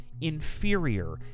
inferior